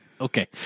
Okay